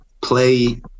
Play